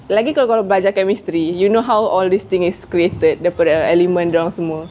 lagi kalau kau belajar chemistry you know how all this thing is created daripada element dorang semua